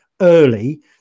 early